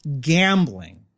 gambling